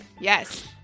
Yes